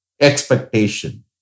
expectation